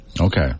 Okay